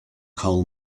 coal